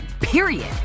Period